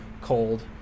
cold